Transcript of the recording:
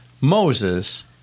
Moses